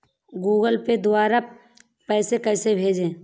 Google Pay द्वारा पैसे कैसे भेजें?